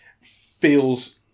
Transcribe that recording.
feels